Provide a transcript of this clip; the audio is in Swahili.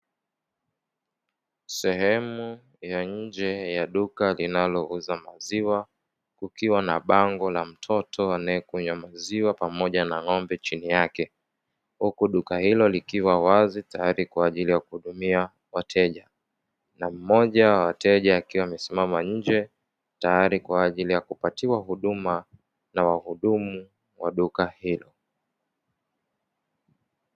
Sehemu ya nje ya duka linalouza maziwa, kukiwa na bango la mtoto anaekunywa maziwa pamoja na ng'ombe chini yake; huku duka hilo likiwa wazi tayari kwaajili ya kuhudumia wateja, na mmoja ya wateja akiwa amesimama nje tayari kwaajili ya kupatiwa huduma na wahudumu wa duka hilo.